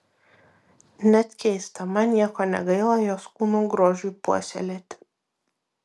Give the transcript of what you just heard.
net keista man nieko negaila jos kūno grožiui puoselėti